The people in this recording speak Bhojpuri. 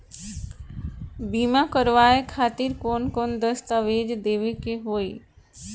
बीमा करवाए खातिर कौन कौन दस्तावेज़ देवे के होई?